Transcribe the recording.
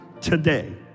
today